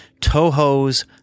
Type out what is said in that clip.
Toho's